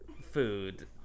food